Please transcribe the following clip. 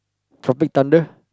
Tropic-Thunder